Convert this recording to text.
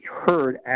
heard